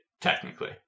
technically